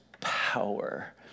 power